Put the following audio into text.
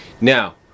Now